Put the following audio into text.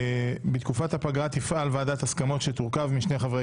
- בתקופת הפגרה תפעל ״ועדת הסכמות״ שתורכב משני חברי